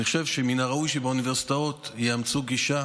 אני חושב שמן הראוי שבאוניברסיטאות יאמצו גישה